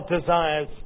desires